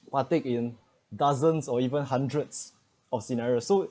part take in dozens or even hundreds of scenarios so